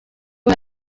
ubu